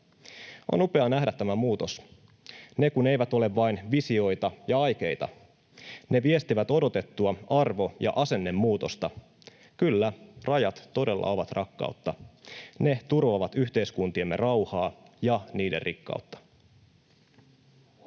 On upeaa nähdä tämä muutos. Ne kun eivät ole vain visioita ja aikeita, ne viestivät odotettua arvo- ja asennemuutosta. Kyllä, rajat todella ovat rakkautta. Ne turvaavat yhteiskuntiemme rauhaa ja niiden rikkautta.